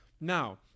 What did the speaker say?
Now